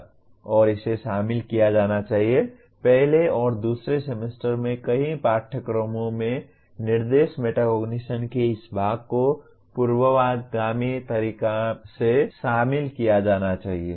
और इसे शामिल किया जाना चाहिए पहले और दूसरे सेमेस्टर में कई पाठ्यक्रमों में निर्देश मेटाकॉग्निशन के इस भाग को पूर्वगामी तरीके से शामिल किया जाना चाहिए